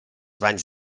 banys